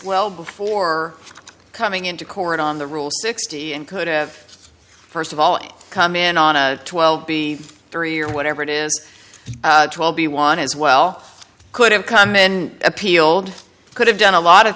well before coming into court on the rule sixty and could have first of all come in on a twelve b three or whatever it is to all be won as well could have kamen appealed could have done a lot of